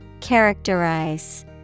Characterize